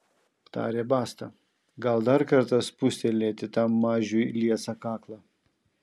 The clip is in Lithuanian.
tarė basta gal dar kartą spustelėti tam mažiui liesą kaklą